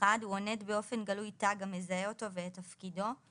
(1)הוא עונד באופן גלוי תג המזהה אותו ואת תפקידו;